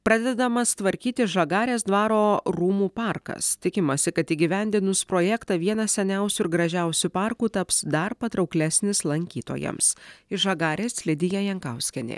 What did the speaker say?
pradedamas tvarkyti žagarės dvaro rūmų parkas tikimasi kad įgyvendinus projektą vieną seniausių ir gražiausių parkų taps dar patrauklesnis lankytojams iš žagarės lidija jankauskienė